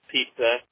Pizza